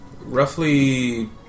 roughly